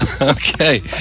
Okay